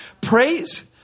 praise